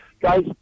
guys